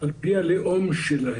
על פי הלאום שלהם.